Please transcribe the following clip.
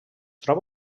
troba